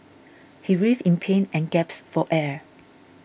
he writhed in pain and gasped for air